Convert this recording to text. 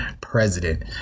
president